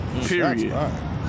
period